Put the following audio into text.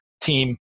team